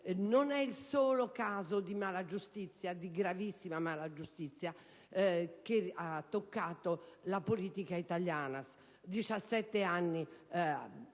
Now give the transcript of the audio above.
Non è il solo caso di gravissima malagiustizia che ha toccato la politica italiana: 17 anni